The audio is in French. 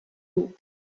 haut